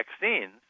vaccines